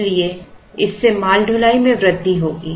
इसलिए इससे माल ढुलाई में वृद्धि होगी